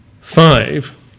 Five